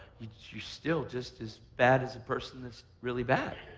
you're still just as bad as a person that's really bad.